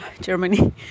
Germany